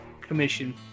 commission